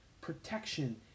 protection